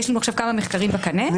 יש לנו עכשיו כמה מחקרים בקנה --- אני